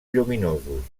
lluminosos